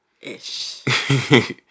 Ish